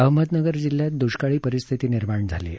अहमदनगर जिल्ह्यात दुष्काळी परिस्थिती निर्माण झाली आहे